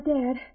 dad